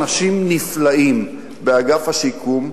היו אנשים נפלאים באגף השיקום,